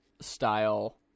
style